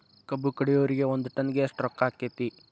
ಕಬ್ಬು ಕಡಿಯುವರಿಗೆ ಒಂದ್ ಟನ್ ಗೆ ಎಷ್ಟ್ ರೊಕ್ಕ ಆಕ್ಕೆತಿ?